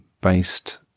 based